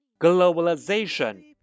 Globalization